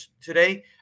today